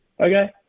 okay